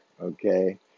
okay